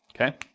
Okay